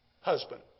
husband